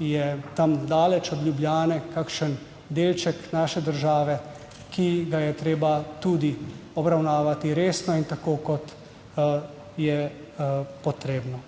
je tam daleč od Ljubljane kakšen delček naše države, ki ga je treba tudi obravnavati resno in tako kot je potrebno,